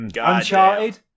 Uncharted